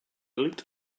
looked